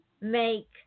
make